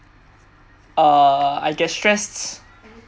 err I get stressed